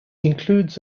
includes